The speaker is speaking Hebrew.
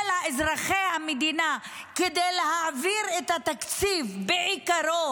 אזרחי המדינה כדי להעביר את התקציב בעיקרו,